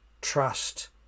trust